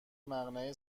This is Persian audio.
مقنعه